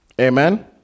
Amen